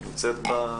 היא נמצאת בזום?